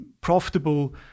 profitable